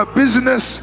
business